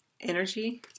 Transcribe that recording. energy